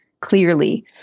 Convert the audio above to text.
clearly